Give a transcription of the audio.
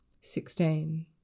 Sixteen